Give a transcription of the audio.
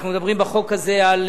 אנחנו מדברים בחוק הזה על